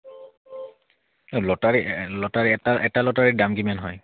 lottery lottery এটা লটাৰীৰ দাম কিমান হয়